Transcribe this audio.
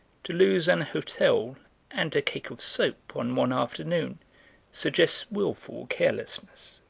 to lose an hotel and a cake of soap on one afternoon suggests wilful carelessness,